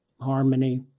harmony